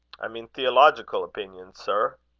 i mean theological opinions, sir.